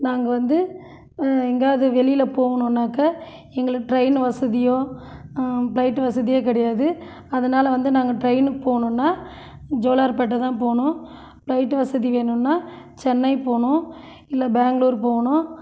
நாங்கள் வந்து எங்கேயாவது வெளியில் போகணுன்னாக்கா எங்களுக்கு ட்ரெயின் வசதியோ ப்ளைட் வசதியோ கிடையாது அதனால் வந்து நாங்கள் ட்ரெயினுக்கு போணும்னா ஜோலார்பேட்டதான் போணும் ப்ளைட் வசதி வேணும்னா சென்னை போகணும் இல்லை பெங்ளூர் போகணும்